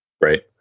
Right